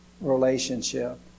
relationship